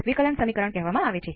વિભેદક સમીકરણનો ઓર્ડર શું છે